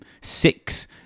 six